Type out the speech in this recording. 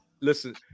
Listen